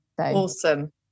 Awesome